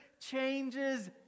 changes